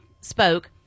spoke